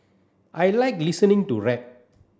I like listening to rap